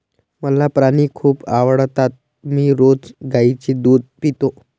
मला प्राणी खूप आवडतात मी रोज गाईचे दूध पितो